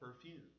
perfume